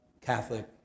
Catholic